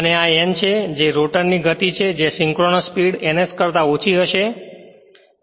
અને આ n છે જે રોટર ની ગતિ છે જે સિંક્રનસ સ્પીડ ns કરતા ઓછી હશે